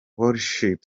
worship